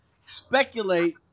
speculate